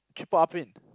triple R print